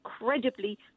incredibly